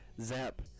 Zap